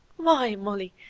why, molly,